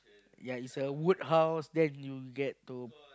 ya it's a wood house then you get to